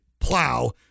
plow